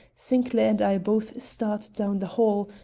sinclair and i both started down the hall,